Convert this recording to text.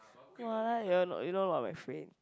!walao! you know you know a lot of my friends